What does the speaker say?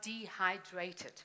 dehydrated